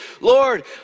Lord